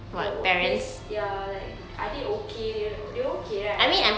your workplace ya like are they okay they're they're okay right